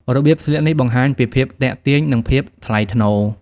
របៀបស្លៀកនេះបង្ហាញពីភាពទាក់ទាញនិងភាពថ្លៃថ្នូរ។